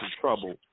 trouble